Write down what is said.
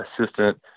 assistant